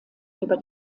über